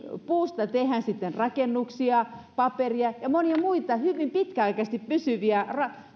puista tehdään sitten rakennuksia paperia ja monia muita hyvin pitkäaikaisesti pysyviä